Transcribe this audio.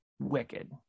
wicked